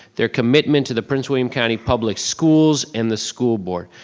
their commitment to the prince william county public schools, and the school board.